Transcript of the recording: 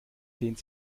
dehnt